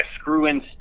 screw-in